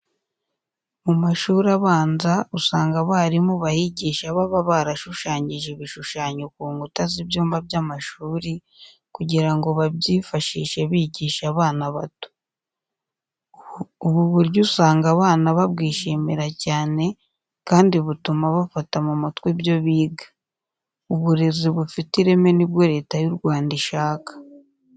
Mu mashuri abanza usanga abarimu bahigisha baba barashushanyije ibishushanyo ku nkuta z'ibyumba by'amashuri kugira ngo babyifashishe bigisha abana bato. Ubu buryo usanga abana babwishimira cyane kandi butuma bafata mu mutwe ibyo biga. Uburezi ufite ireme ni bwo Leta y'u Rwanda ishaka.